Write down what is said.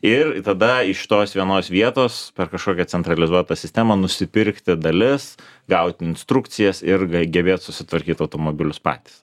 ir tada iš tos vienos vietos per kažkokią centralizuotą sistemą nusipirkti dalis gauti instrukcijas ir gebėt susitvarkyt automobilius patys